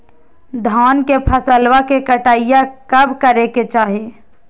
धान के फसलवा के कटाईया कब करे के चाही?